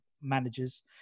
managers